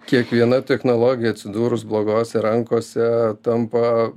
kiekviena technologija atsidūrus blogose rankose tampa